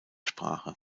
sprache